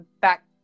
back